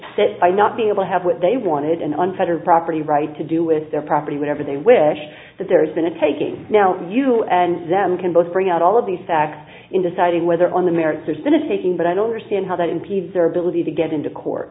that by not being able to have what they wanted an unfettered property right to do with their property whenever they wish that there's been a taking now you and them can both bring out all of these facts in deciding whether on the merits there's been a taking but i don't see how that impedes their ability to get into court